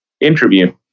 interview